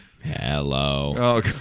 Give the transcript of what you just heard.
Hello